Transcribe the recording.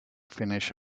finish